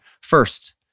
First